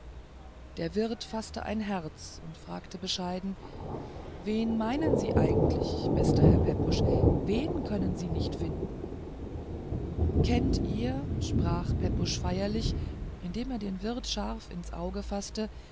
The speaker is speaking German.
der wirt faßte herz und fragte bescheiden wen meinen sie eigentlich bester herr pepusch wen können sie nicht finden kennt ihr sprach pepusch feierlich indem er den wirt scharf ins auge faßte